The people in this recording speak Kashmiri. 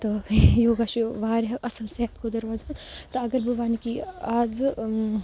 تہٕ یوگا چھِ واریاہ اَصٕل صحتہٕ خٲطرٕ روزان تہٕ اگر بہٕ وَنہٕ کہِ اَزٕ